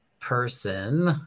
person